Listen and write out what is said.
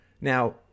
Now